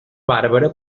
bàrbara